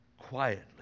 quietly